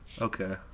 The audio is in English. Okay